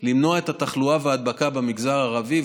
כדי למנוע את התחלואה וההדבקה במגזר הערבי.